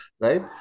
Right